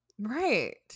Right